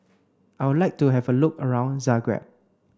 I would like to have a look around Zagreb